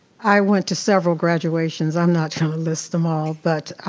i went to several graduations, i'm not gonna list them all but